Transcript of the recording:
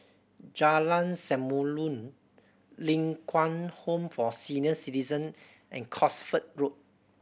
Jalan Samulun Ling Kwang Home for Senior Citizen and Cosford Road